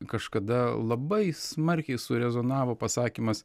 kažkada labai smarkiai su rezonavo pasakymas